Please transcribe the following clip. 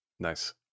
Nice